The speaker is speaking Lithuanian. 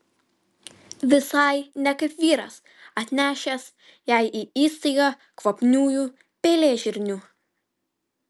visai ne kaip vyras atnešęs jai į įstaigą kvapniųjų pelėžirnių